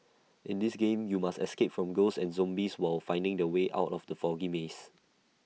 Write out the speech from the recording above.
in this game you must escape from ghosts and zombies while finding the way out of the foggy maze